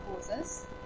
causes